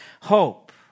hope